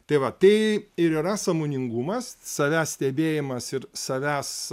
tai va tai ir yra sąmoningumas savęs stebėjimas ir savęs